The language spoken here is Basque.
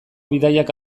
bidaiak